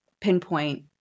pinpoint